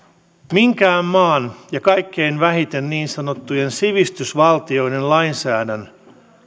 minkään maan ja kaikkein vähiten niin sanottujen sivistysvaltioiden lainsäädännön